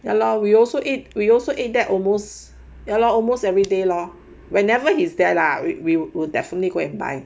ya lor we also eat we also eat that almost ya lor almost everyday lor whenever he's there lah we we will definitely go and buy